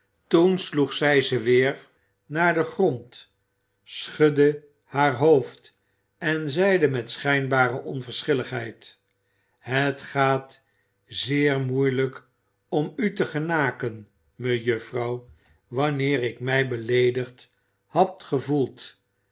toen sloeg zij ze weer naar den grond schudde haar hoofd en zeide met schijnbare onverschilligheid het gaat zeer moeielijk om u te genaken mejuffrouw wanneer ik mij beleedigd had gevoeld